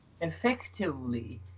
effectively